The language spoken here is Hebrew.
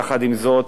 יחד עם זאת,